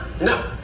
No